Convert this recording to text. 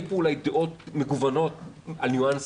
יהיו פה אולי דעות מגוונות על ניואנסים,